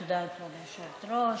תודה, כבוד היושבת-ראש.